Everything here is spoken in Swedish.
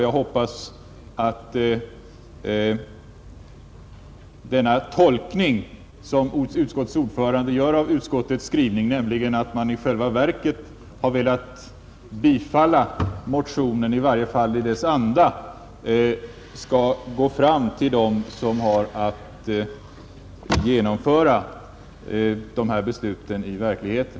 Jag hoppas att den tolkning som utskottets ordförande gör av utskottets skrivning, nämligen att man i själva verket har velat tillstyrka motionen — i varje fall vad som är dess syfte — skall gå fram till dem som har att omsätta lokaliseringsbesluten i verkligheten.